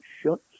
shuts